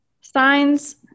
Signs